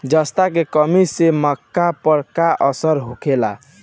जस्ता के कमी से मक्का पर का असर होखेला?